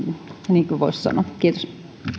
niinkin voisi sanoa kiitos